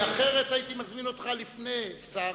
כי אחרת הייתי מזמין אותך לפני שר,